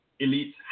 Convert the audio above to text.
elites